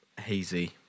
Hazy